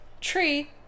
Tree